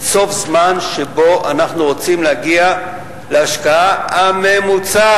לקצוב זמן שבו אנחנו רוצים להגיע להשקעה הממוצעת,